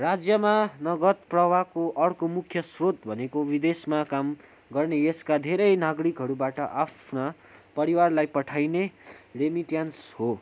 राज्यमा नगद प्रवाहको अर्को मुख्य स्रोत भनेको विदेशमा काम गर्ने यसका धेरै नागरिकहरूबाट आफ्ना परिवारलाई पठाइने रेमिट्यान्स हो